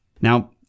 Now